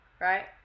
right